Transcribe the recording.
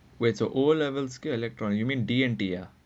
where so O levels get electronics you mean D and D ah